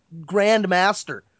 grandmaster